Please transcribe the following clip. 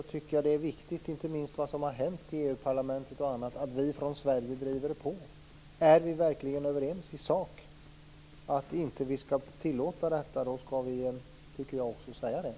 Inte minst med tanke på vad som har hänt i EU parlamentet, är det viktigt att vi i Sverige driver på. Är vi överens i sak? Om detta inte skall tillåtas, skall det också sägas.